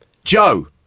Joe